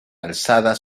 alçada